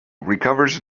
recovers